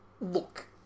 Look